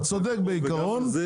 אתה צודק בעיקרון.